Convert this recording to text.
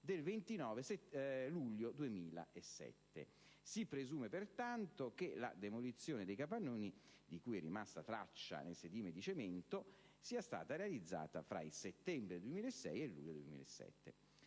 del 29 luglio 2007. Si presume, pertanto, che la demolizione dei capannoni, di cui è rimasta traccia nel sedime di cemento, sia stata realizzata tra il settembre 2006 e il luglio 2007.